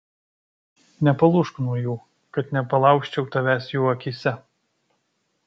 nepalūžk nuo jų kad nepalaužčiau tavęs jų akyse